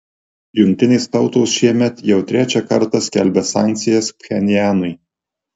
jungtinės tautos šiemet jau trečią kartą skelbia sankcijas pchenjanui